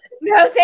no